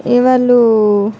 ఇ వాళ్ళు